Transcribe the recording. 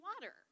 water